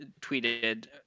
tweeted